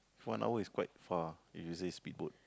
one hour is quite far if you say speedboat